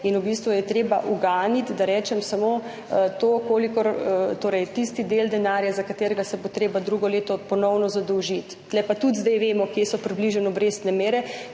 je v bistvu treba uganiti, da rečem, samo tisti del denarja, za katerega se bo treba drugo leto ponovno zadolžiti. Tukaj pa tudi zdaj vemo, kje približno so obrestne mere,